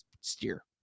Steer